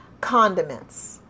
condiments